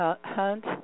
hunt